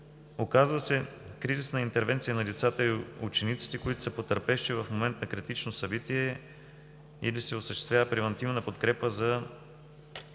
Оказва се кризисна интервенция на децата и учениците, които са потърпевши в момент на критично събитие или се осъществява превантивна подкрепа за решаване на